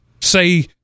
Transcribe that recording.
say